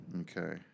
Okay